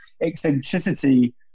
eccentricity